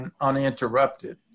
uninterrupted